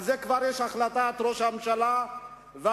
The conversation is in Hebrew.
על זה כבר יש החלטת ראש הממשלה והאוצר,